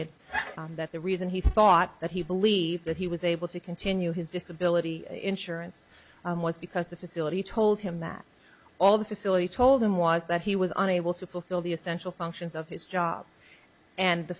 stated that the reason he thought that he believed that he was able to continue his disability insurance was because the facility told him that all the facility told him was that he was unable to fulfill the essential functions of his job and the